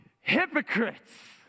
hypocrites